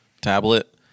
tablet